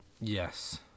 Yes